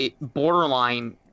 borderline